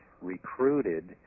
recruited